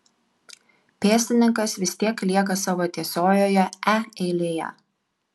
pėstininkas vis tiek lieka savo tiesiojoje e eilėje